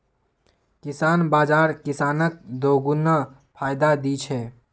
किसान बाज़ार किसानक दोगुना फायदा दी छे